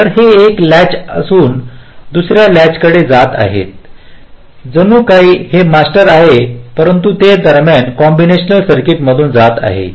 तर ते एका लॅच पासून दुसर्या लॅच कडे जात आहेत जणू काय हा मास्टर आहे परंतु ते दरम्यानचे कॉम्बिनेशनल सर्किटमधून जात आहे